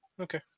Okay